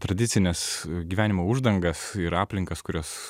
tradicines gyvenimo uždangas ir aplinkas kurios